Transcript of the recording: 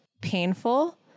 painful